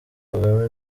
kagame